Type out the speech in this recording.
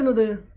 and the